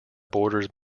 borders